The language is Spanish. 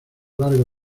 largo